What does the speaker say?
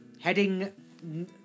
heading